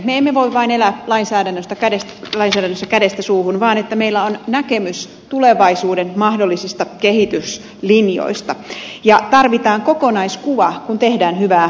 me emme voi vain elää lainsäädännössä kädestä suuhun vaan on tärkeää että meillä on näkemys tulevaisuuden mahdollisista kehityslinjoista ja tarvitaan kokonaiskuva kun tehdään hyvää lainsäädäntöä